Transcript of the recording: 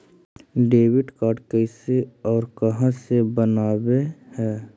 Debit card कैसे और कहां से बनाबे है?